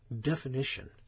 definition